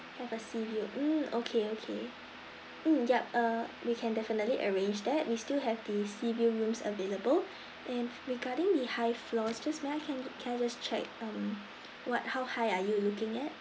have a sea view mm okay okay mm yup uh we can definitely arrange that we still have the sea view rooms available and regarding the high floors just may I can can I just check um what how high are you looking at